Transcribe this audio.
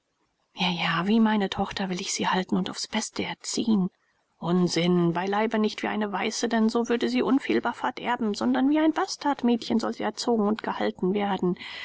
ja ja wie meine tochter will ich sie halten und aufs beste erziehen unsinn beileibe nicht wie eine weiße denn so würde sie unfehlbar verderben sondern wie ein bastardmädchen soll sie erzogen und gehalten werden